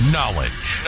Knowledge